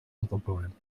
contemporaines